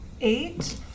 Eight